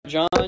John